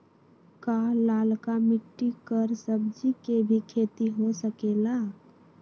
का लालका मिट्टी कर सब्जी के भी खेती हो सकेला?